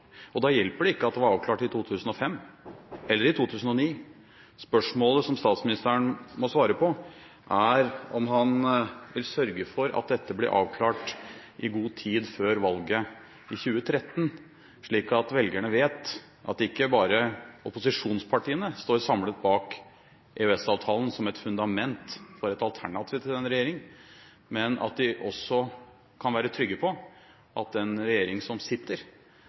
Da hjelper det ikke at det var avklart i 2005 eller i 2009. Spørsmålet statsministeren må svare på, er om han vil sørge for at dette blir avklart i god tid før valget i 2013, slik at velgerne vet at ikke bare opposisjonspartiene står samlet bak EØS-avtalen som et fundament for et alternativ til denne regjeringen, men at de også kan være trygge på at den regjeringen som sitter